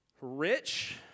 rich